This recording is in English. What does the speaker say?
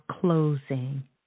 closing